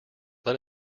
let